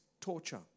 torture